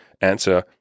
answer